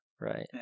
right